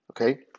Okay